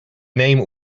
name